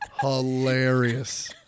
hilarious